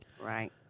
Right